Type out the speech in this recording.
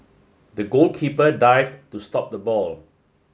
the goalkeeper dive to stop the ball